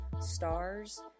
Stars